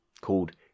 called